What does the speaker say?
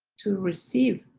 to receive,